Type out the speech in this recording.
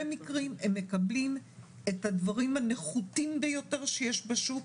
מקרים הם מקבלים את הדברים הנחותים ביותר שיש בשוק.